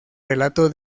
relato